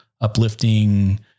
uplifting